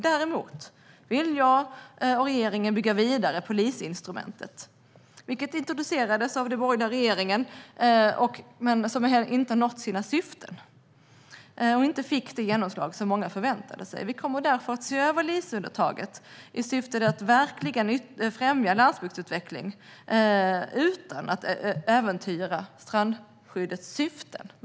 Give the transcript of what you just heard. Däremot vill jag och regeringen bygga vidare på LIS-instrumentet, vilket introducerades av den borgerliga regeringen men inte har nått sina syften och inte fått det genomslag som många förväntat sig. Vi kommer därför att se över LIS-undantaget i syfte att verkligen främja landsbygdsutveckling utan att äventyra strandskyddets syfte.